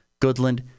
Goodland